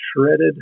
shredded